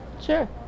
Sure